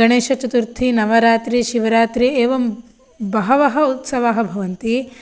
गणेशचतुर्थी नवरात्री शिवरात्री एवं बहवः उत्सवाः भवन्ति